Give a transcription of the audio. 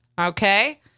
Okay